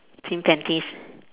pink panties